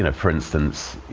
and for instance,